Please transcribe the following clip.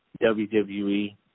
WWE